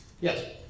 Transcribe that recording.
Yes